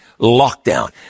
lockdown